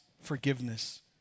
forgiveness